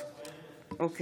אינו נוכח ישראל אייכלר,